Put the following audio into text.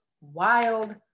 Wild